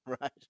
Right